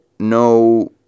No